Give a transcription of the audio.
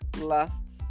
last